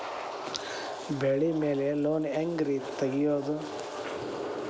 ಬೆಳಿ ಮ್ಯಾಲೆ ಲೋನ್ ಹ್ಯಾಂಗ್ ರಿ ತೆಗಿಯೋದ?